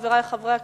חברי חברי הכנסת?